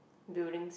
do things